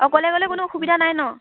অকলে গ'লে কোনো অসুবিধা নাই ন